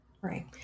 Right